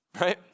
right